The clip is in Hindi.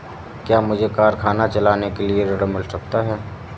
क्या मुझे कारखाना चलाने के लिए ऋण मिल सकता है?